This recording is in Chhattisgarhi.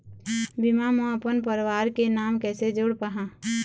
बीमा म अपन परवार के नाम कैसे जोड़ पाहां?